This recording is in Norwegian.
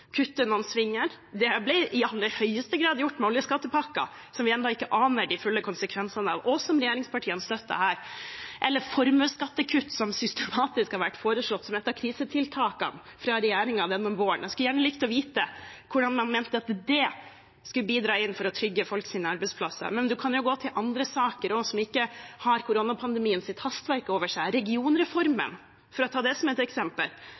noen svinger. Det ble i aller høyeste grad gjort med oljeskattepakken, som vi ennå ikke aner de fulle konsekvensene av, og som regjeringspartiene støttet her. Det gjelder også formuesskattekutt, som systematisk har blitt foreslått som et av krisetiltakene fra regjeringen denne våren. Jeg skulle gjerne likt å vite hvordan de mener at det skulle bidratt til å trygge folks arbeidsplasser. Man kan gå til andre saker også, som ikke har koronapandemiens hastverk over seg. Regionreformen, for å ta det som et eksempel: